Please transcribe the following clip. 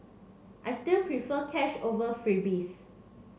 I still prefer cash over freebies